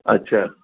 अच्छा